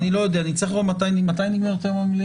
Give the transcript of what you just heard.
אתם עוד לא סגורים ברמת הלשכות המשפטיות.